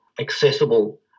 accessible